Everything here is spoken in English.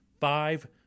five